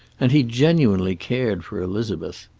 and he genuinely cared for elizabeth.